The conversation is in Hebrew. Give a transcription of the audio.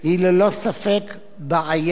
היא ללא ספק בעיה